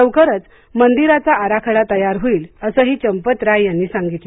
लवकरच मंदिराचा आराखडा तयार होईल असंही चंपत राय यांनी सांगितलं